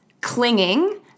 clinging